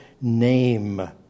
name